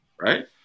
right